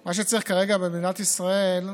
מה שצריך כרגע במדינת ישראל,